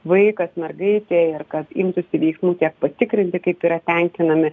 vaikas mergaitė ir kad imtųsi veiksmų tiek patikrinti kaip yra tenkinami